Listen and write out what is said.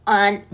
on